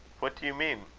what do you mean,